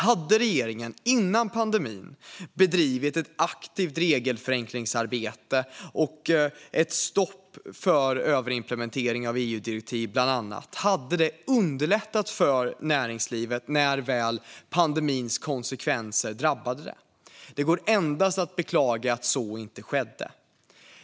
Om regeringen före pandemin hade bedrivit ett aktivt regelförenklingsarbete och satt stopp för överimplementeringen av bland annat EU-direktiv hade det underlättat för näringslivet när pandemins konsekvenser väl drabbade det. Det går endast att beklaga att så inte skedde.